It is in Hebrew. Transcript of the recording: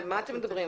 על מה אתם מדברים?